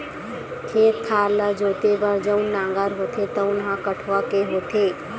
खेत खार ल जोते बर जउन नांगर होथे तउन ह कठवा के होथे